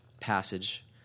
passage